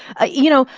ah you know,